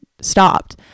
stopped